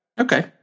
Okay